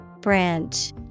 Branch